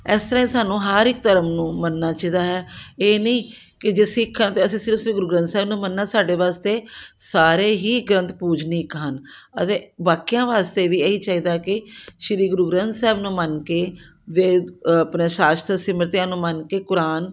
ਇਸ ਤਰ੍ਹਾਂ ਹੀ ਸਾਨੂੰ ਹਰ ਇੱਕ ਧਰਮ ਨੂੰ ਮੰਨਣਾ ਚਾਹੀਦਾ ਹੈ ਇਹ ਨਹੀਂ ਕਿ ਜੇ ਸਿੱਖਾਂ ਹਾਂ ਤਾਂ ਅਸੀਂ ਸਿਰਫ ਸ਼੍ਰੀ ਗੁਰੂ ਗ੍ਰੰਥ ਸਾਹਿਬ ਨੂੰ ਮੰਨਣਾ ਸਾਡੇ ਵਾਸਤੇ ਸਾਰੇ ਹੀ ਗ੍ਰੰਥ ਪੂਜਨੀਕ ਹਨ ਅਤੇ ਬਾਕੀਆਂ ਵਾਸਤੇ ਵੀ ਇਹੀ ਚਾਹੀਦਾ ਕਿ ਸ਼੍ਰੀ ਗੁਰੂ ਗ੍ਰੰਥ ਸਾਹਿਬ ਨੂੰ ਮੰਨ ਕੇ ਵੇਦ ਆਪਣੇ ਸ਼ਾਸਤਰ ਸਿਮ੍ਰਤੀਆਂ ਨੂੰ ਮੰਨ ਕੇ ਕੁਰਾਨ